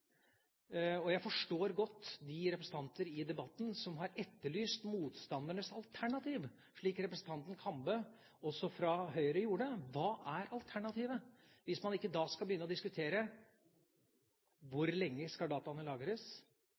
Og jeg forstår godt de representanter i debatten som har etterlyst motstandernes alternativ, slik også representanten Kambe, fra Høyre, gjorde. Hva er alternativet, hvis man ikke skal begynne å diskutere hvor lenge dataene skal lagres,